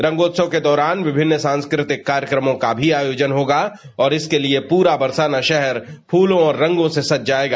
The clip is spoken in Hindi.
रंगोत्सव के दौरान विभिन्न सांस्कृतिक कार्यक्रमों का भी आयोजन होगा और इसके लिये पूरा बरसाना शहर फूलों और रंगों से सज जायेगा